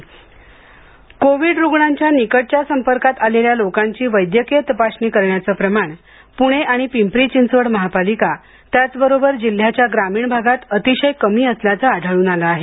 corona चाचणी Covid रुग्णांच्या निकटच्या संपर्कात आलेल्या लोकांची वैद्यकीय तपासणी करण्याचं प्रमाण पुणे आणि पिंपरी चिंचवड महापालिका त्याचबरोबर जिल्ह्याच्या ग्रामीण भागात अतिशय कमी असल्याचं आढळून आलं आहे